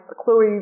Chloe